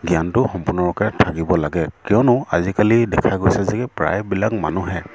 জ্ঞানটো সম্পূৰ্ণৰূপে থাকিব লাগে কিয়নো আজিকালি দেখা গৈছে যে প্ৰায়বিলাক মানুহে